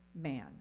man